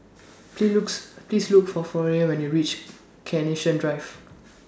Please looks Please Look For Florian when YOU REACH Carnation Drive